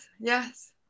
Yes